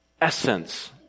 essence